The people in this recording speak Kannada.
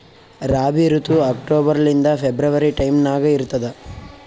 ರಾಬಿ ಋತು ಅಕ್ಟೋಬರ್ ಲಿಂದ ಫೆಬ್ರವರಿ ಟೈಮ್ ನಾಗ ಇರ್ತದ